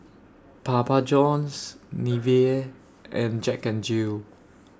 Papa Johns Nivea and Jack N Jill